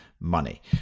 Money